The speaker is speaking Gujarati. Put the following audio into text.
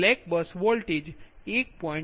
slack bus voltage 1